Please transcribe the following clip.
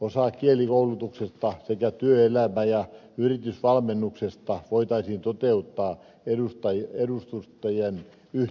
osa kielikoulutuksesta sekä työelämä ja yritysvalmennuksesta voitaisiin toteuttaa edustustojen yhteydessä